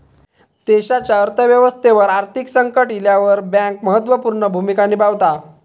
देशाच्या अर्थ व्यवस्थेवर आर्थिक संकट इल्यावर बँक महत्त्व पूर्ण भूमिका निभावता